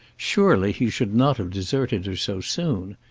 surely he should not have deserted her so soon.